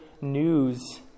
news